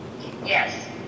Yes